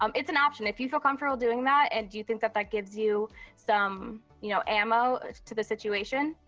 um it's an option if you feel comfortable doing that. and do you think that that gives you some you know ammo to the situation,